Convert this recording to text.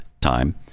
time